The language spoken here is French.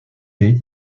des